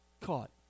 caught